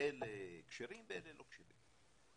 אלה כשרים ואלה לא כשרים.